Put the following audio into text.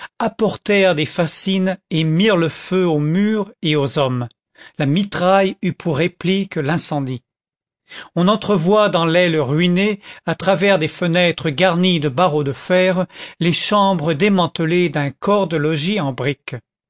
apportèrent des fascines et mirent le feu aux murs et aux hommes la mitraille eut pour réplique l'incendie on entrevoit dans l'aile ruinée à travers des fenêtres garnies de barreaux de fer les chambres démantelées d'un corps de logis en brique